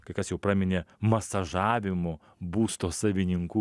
kai kas jau praminė masažavimu būsto savininkų